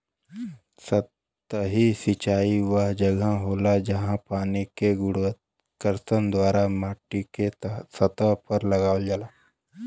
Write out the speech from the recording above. सतही सिंचाई वह जगह होला, जहाँ पानी के गुरुत्वाकर्षण द्वारा माटीके सतह पर लगावल जाला